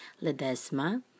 Ledesma